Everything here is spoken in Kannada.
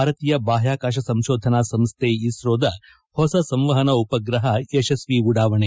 ಭಾರತೀಯ ಬಾಹ್ಮಾಕಾಶ ಸಂಶೋಧನಾ ಸಂಸ್ಟೆ ಇಸ್ತೋದ ಹೊಸ ಸಂವಹನ ಉಪಗ್ರಹ ಯಶಸ್ಟಿ ಉಡಾವಣೆ